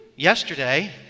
Yesterday